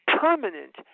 permanent